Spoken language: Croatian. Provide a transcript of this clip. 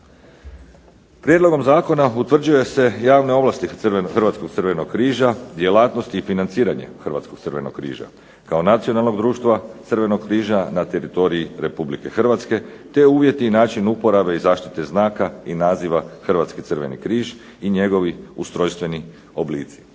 Prijedlogom zakona utvrđuju se i javne ovlasti Hrvatskog crvenog križa, djelatnosti i financiranje Hrvatskog crvenog križa kao nacionalnog društva Crvenog križa na teritoriju Republike Hrvatske, te uvjeti i način uporabe i zaštite znaka i naziva Hrvatski crveni križ i njegovi ustrojstveni oblici.